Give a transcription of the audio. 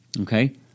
Okay